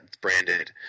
branded